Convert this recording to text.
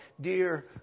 dear